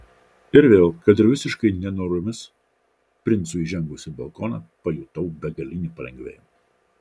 ir vėl kad ir visiškai nenoromis princui įžengus į balkoną pajutau begalinį palengvėjimą